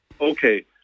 Okay